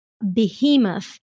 behemoth